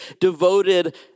devoted